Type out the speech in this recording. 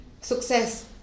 success